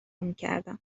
میکردم